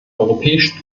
europäischen